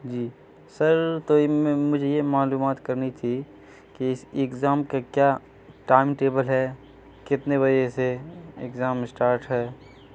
جی sir تو مجھے یہ معلومات کرنی تھی کہ اس ایگزام کا کیا ٹائم ٹیبل ہے کتنے بجے سے اگزام اسٹارٹ ہے